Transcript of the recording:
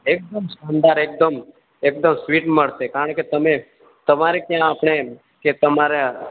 એકદમ શાનદાર એકદમ એકદમ સ્વીટ મળશે કારણ કે તમે તમારે ક્યા આપણે કે તમારા